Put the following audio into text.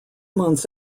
months